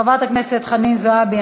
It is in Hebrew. חברת הכנסת חנין זועבי,